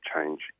change